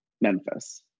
Memphis